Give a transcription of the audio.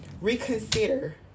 reconsider